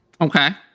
Okay